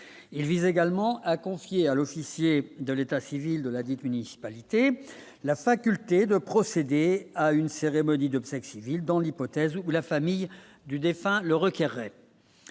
il vise également à confier à l'officier de l'état civil de la dite municipalités la faculté de procéder à une cérémonie d'obsèques civiles dans l'hypothèse où la famille du défunt le requérait